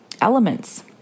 elements